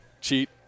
cheat